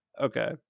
Okay